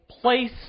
place